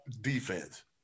defense